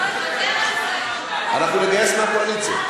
אורן, אנחנו נגייס מהקואליציה.